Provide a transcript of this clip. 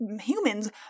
humans